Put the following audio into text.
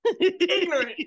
ignorant